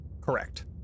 correct